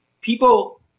people